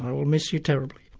um will miss you terribly.